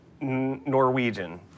Norwegian